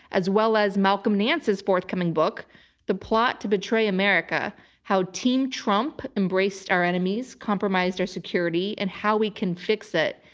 as well as malcolm nance's forthcoming book the plot to betray america how team trump embraced our enemies, compromised our security, and how we can fix it.